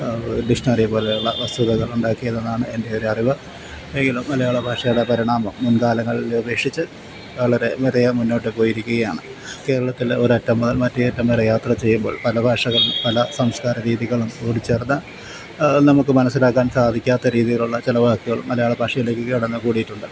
dictionary പോലെയുള്ള വസ്തുതകൾ ഉണ്ടാക്കിയതെന്നാണ് എൻ്റെ ഒരു അറിവ് എങ്കിലും മലയാള ഭാഷയുടെ പരിണാമം മുൻകാലങ്ങളിലെ അപേക്ഷിച്ച് വളരെയധികം മുന്നോട്ട് പോയിരിക്കുകയാണ് കേരളത്തിൽ ഒരു അറ്റം മുതൽ മറ്റേ അറ്റം വരെ യാത്ര ചെയ്യുമ്പോൾ പല ഭാഷകൾ പല സംസ്കാര രീതികളും കൂടിച്ചേർന്ന് നമുക്ക് മനസ്സിലാക്കാൻ സാധിക്കാത്ത രീതിയിലുള്ള ചില വാക്കുകൾ മലയാള ഭാഷയിലേക്ക് കടന്ന് കൂടിയിട്ടുണ്ട്